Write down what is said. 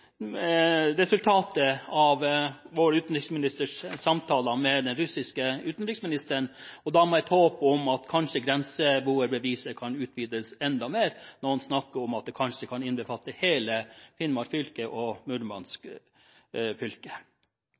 til resultatet av vår utenriksministers samtaler med den russiske utenriksministeren, og da med et håp om at grenseboerbeviset kanskje kan utvides enda mer. Noen snakker om at det kanskje kan innbefatte hele Finnmark fylke og Murmansk fylke.